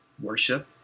worship